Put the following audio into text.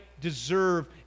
deserve